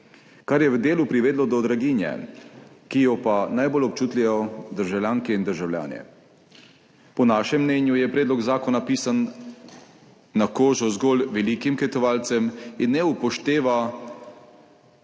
kar je v delu privedlo do draginje, ki jo pa najbolj občutijo državljanke in državljani. Po našem mnenju je predlog zakona pisan na kožo zgolj velikim kmetovalcem in diskriminira